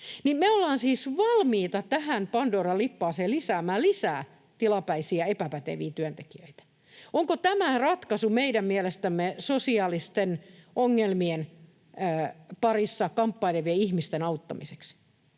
Me ollaan siis valmiita tähän pandoran lippaaseen lisäämään lisää tilapäisiä epäpäteviä työntekijöitä. Onko tämä meidän mielestämme ratkaisu sosiaalisten ongelmien parissa kamppailevien ihmisten auttamiseksi?